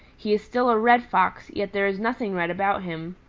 he is still a red fox, yet there is nothing red about him.